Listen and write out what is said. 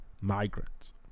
migrants